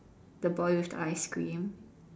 the boy with the ice cream